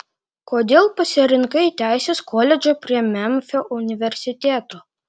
kodėl pasirinkai teisės koledžą prie memfio universiteto